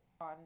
on